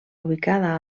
ubicada